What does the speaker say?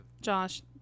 Josh